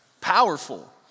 powerful